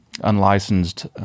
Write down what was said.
unlicensed